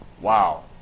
wow